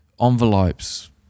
envelopes